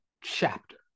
chapter